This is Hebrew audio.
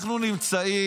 אנחנו נמצאים